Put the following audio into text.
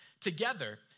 together